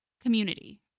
community